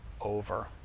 over